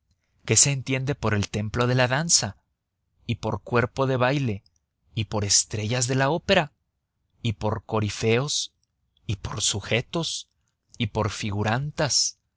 qué se entiende por el templo de la danza y por cuerpo de baile y por estrellas de la opera y por corifeos y por sujetos y por figurantas